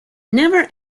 never